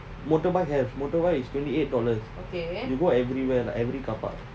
motorbike have motorbike is twenty eight dollars you go everywhere like every car park